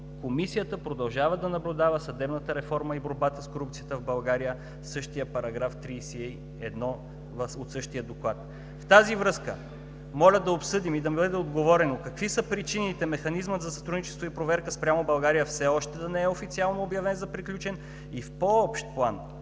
„Комисията продължава да наблюдава съдебната реформа и борбата с корупцията в България“ – същият § 31 от същия доклад. В тази връзка моля да обсъдим и да ни бъде отговорено какви са причините Механизмът за сътрудничество и проверка спрямо България все още да не е официално обявен за приключен и в по-общ план